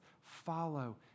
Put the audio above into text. follow